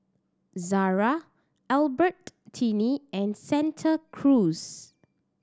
Zara Albertini and Santa Cruz